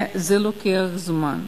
לוקח זמן.